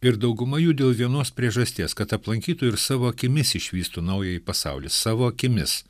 ir dauguma jų dėl vienos priežasties kad aplankytų ir savo akimis išvystų naująjį pasaulį savo akimis